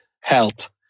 health